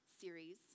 series